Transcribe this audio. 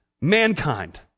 mankind